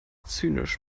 zynisch